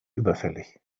überfällig